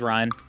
Ryan